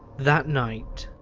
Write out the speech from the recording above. that night,